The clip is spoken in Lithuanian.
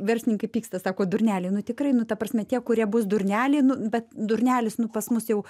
verslininkai pyksta sako durneliai nu tikrai nu ta prasme tie kurie bus durneliai nu be durnelis nu pas mus jau